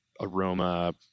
aroma